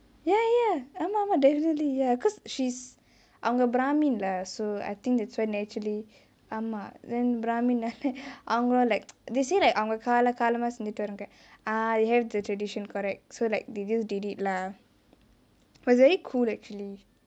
ya ya ஆமா ஆமா:aama aama definitely ya because she's அவங்கே:avangae brahmin லே:lae so I think that's where naturally ஆமா:aama then brahmin நாலே அவங்கலோ:naalae avangalo like they say like அவங்கே காலங் காலமா செய்சுட்டு வராங்கே:avangae kaalo kaalang kaalamaa senjittu varangae they have the tradition correct so like they just did it lah it was very cool actually